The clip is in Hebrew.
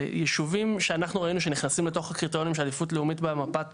יישובים שאנחנו ראינו שנכנסים לתוך הקריטריונים של עדיפות לאומית במפת